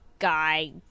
guy